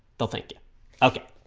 they'll thank you okay